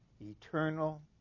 eternal